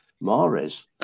Mares